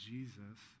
Jesus